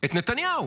את נתניהו.